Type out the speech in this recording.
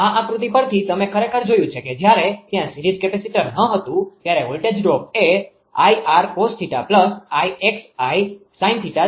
આ આકૃતિ પરથી તમે ખરેખર જોયું છે કે જયારે ત્યાં સીરીઝ કેપેસિટર ન હતું ત્યારે વોલ્ટેજ ડ્રોપ એ 𝐼𝑟 cos 𝜃 𝐼𝑥𝑙 sin 𝜃 છે